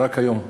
רק היום,